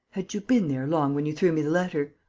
had you been there long when you threw me the letter?